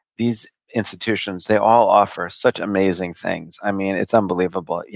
these institutions, they all offer such amazing things. i mean, it's unbelievable. yeah